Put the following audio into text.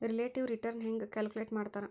relative return ಹೆಂಗ calculate ಮಾಡ್ತಾರಾ